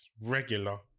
regular